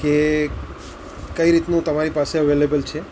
કે કઈ રીતનું તમારી પાસે અવેલેબલ છે